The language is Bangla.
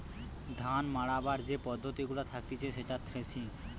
ধান মাড়াবার যে পদ্ধতি গুলা থাকতিছে সেটা থ্রেসিং